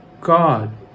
God